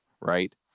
Right